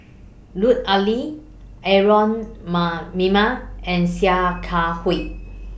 Lut Ali Aaron Maniam and Sia Kah Hui